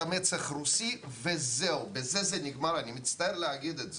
המצח רוסי וזהו כאן זה נגמר ואני מצטער להגיד את זה,